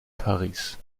paris